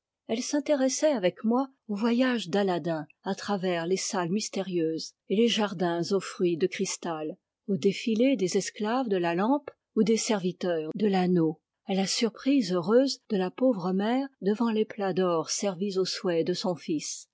elle s'intéressait avec moi au voyage d'aladin à travers les salles mystérieuses et les jardins aux fruits de cristal au défilé des esclaves de la lampe ou des serviteurs de l'anneau à la surprise heureuse de la pauvre mère devant les plats d'or servis au souhait de son fils